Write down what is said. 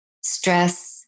stress